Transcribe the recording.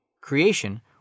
Creation